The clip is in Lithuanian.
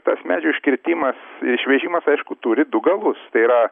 tas medžių iškirtimas ir išvežimas aišku turi du galus tai yra